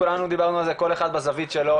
כולנו דיברנו על זה כל אחד בזווית שלו,